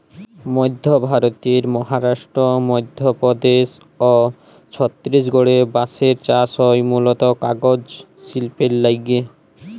মইধ্য ভারতের মহারাস্ট্র, মইধ্যপদেস অ ছত্তিসগঢ়ে বাঁসের চাস হয় মুলত কাগজ সিল্পের লাগ্যে